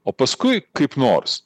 o paskui kaip nors